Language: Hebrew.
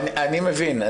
אני מבין,